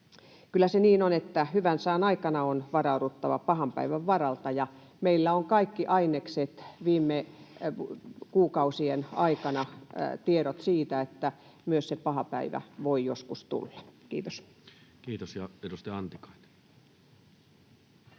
Kyllä se niin on, että hyvän sään aikana on varauduttava pahan päivän varalta, ja meillä on ollut viime kuukausien aikana kaikki ainekset, tiedot siitä, että myös se paha päivä voi joskus tulla. — Kiitos. Kiitos. — Edustaja Antikainen. Kiitos,